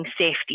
safety